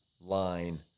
line